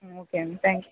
okay thank you